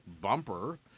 bumper